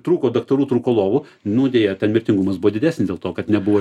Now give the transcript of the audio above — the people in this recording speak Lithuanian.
trūko daktarų trūko lovų nu deja ten mirtingumas buvo didesnis dėl to kad nebuvo